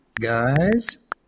guys